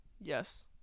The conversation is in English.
Yes